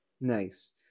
Nice